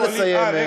נא לסיים.